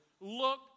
look